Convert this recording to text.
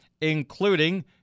including